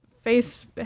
face